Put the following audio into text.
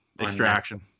Extraction